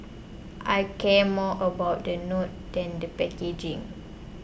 I care more about the note than the packaging